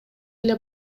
эле